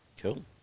Cool